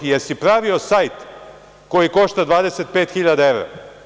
Jel si pravio sajt koji košta 25.000 evra?